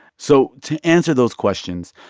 so to answer those questions,